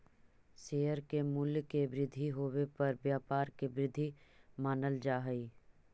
share के मूल्य के वृद्धि होवे पर व्यापार के वृद्धि मानल जा हइ